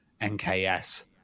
NKS